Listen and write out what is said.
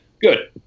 Good